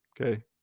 Okay